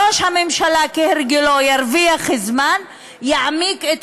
ראש הממשלה, כהרגלו, ירוויח זמן, יעמיק את